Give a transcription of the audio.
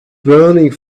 burning